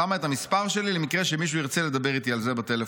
אני שמה את המספר שלי למקרה שמישהו ירצה לדבר איתי על זה בטלפון".